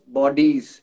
bodies